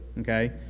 okay